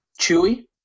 Chewie